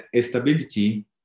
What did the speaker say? stability